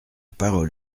parole